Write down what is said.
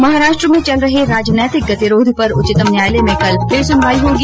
महाराष्ट्र में चल रहे राजनैतिक गतिरोध पर उच्चतम न्यायालय में कल फिर सुनवाई होगी